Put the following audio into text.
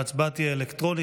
ההצבעה תהיה אלקטרונית.